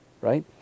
right